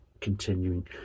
continuing